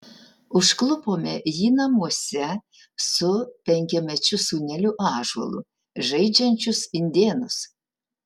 užklupome jį namuose su penkiamečiu sūneliu ąžuolu žaidžiančius indėnus